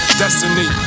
destiny